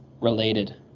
related